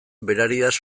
berariaz